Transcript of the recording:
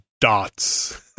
dots